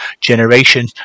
generation